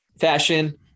fashion